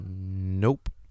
Nope